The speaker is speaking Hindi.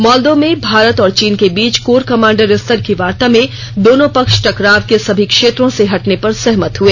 मॉल्दो में भारत और चीन के बीच कोर कमांडर स्तर की वार्ता में दोनों पक्ष टकराव के सभी क्षेत्रों से हटने पर सहमत हुए